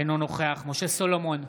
אינו נוכח משה סולומון,